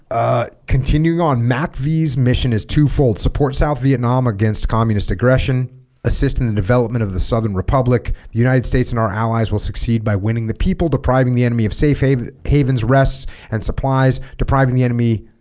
ah continuing on macv's mission is twofold support south vietnam against communist aggression assist in the development of the southern republic the united states and our allies will succeed by winning the people depriving the enemy of safe havens rests and supplies depriving the enemy